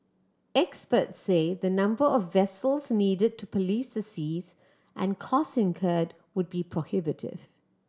experts say the number of vessels needed to police the seas and cost incurred would be prohibitive